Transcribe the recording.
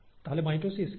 তাহলে মাইটোসিস কি